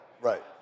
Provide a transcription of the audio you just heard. Right